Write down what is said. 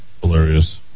Hilarious